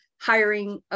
hiring